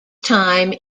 time